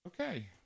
Okay